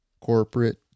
corporate